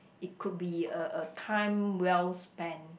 it could be a a time well spend